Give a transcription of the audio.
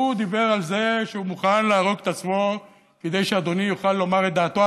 הוא דיבר על זה שהוא מוכן להרוג את עצמו כדי שאדוני יוכל לומר את דעתו,